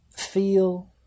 feel